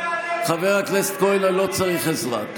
חבר הכנסת כהן, אני לא צריך עזרה.